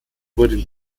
wurden